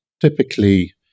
typically